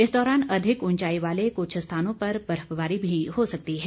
इस दौरान अधिक उंचाई वाले कुछ स्थानों पर बर्फबारी भी हो सकती है